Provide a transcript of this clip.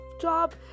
job